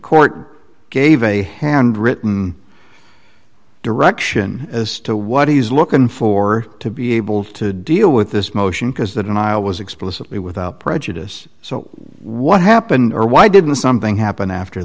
court gave a handwritten direction as to what he's looking for to be able to deal with this motion because the denial was explicitly without prejudice so what happened or why didn't something happen after